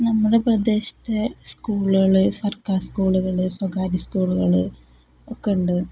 നമ്മുടെ പ്രദേശത്തെ സ്കൂളുകൾ സർക്കാർ സ്കൂളുകൾ സ്വകാര്യ സ്കൂളുകൾ ഒക്കെ ഉണ്ട്